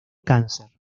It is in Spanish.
cáncer